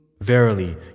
Verily